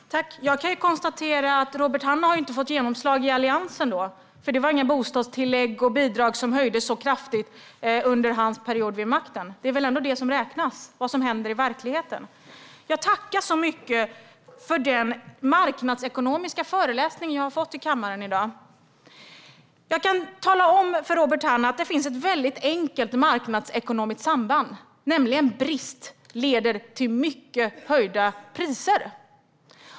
Herr talman! Jag kan konstatera att Robert Hannah inte har fått genomslag i Alliansen, eftersom inga bostadstillägg eller bidrag höjdes så kraftigt under Alliansens period vid makten. Det är väl ändå vad som händer i verkligheten som räknas. Jag tackar så mycket för den marknadsekonomiska föreläsning som jag har fått i kammaren i dag. Jag kan tala om för Robert Hannah att det finns ett väldigt enkelt marknadsekonomiskt samband, nämligen att brist leder till kraftigt höjda priser.